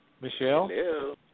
Michelle